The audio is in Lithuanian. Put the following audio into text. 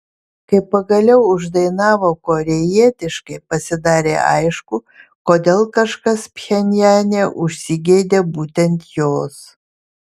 kai pagaliau uždainavo korėjietiškai pasidarė aišku kodėl kažkas pchenjane užsigeidė būtent jos